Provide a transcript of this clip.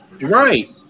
Right